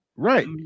Right